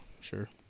sure